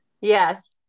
Yes